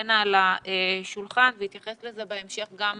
שתעלינה על השולחן, ויתייחס לזה בהמשך גם פרופ'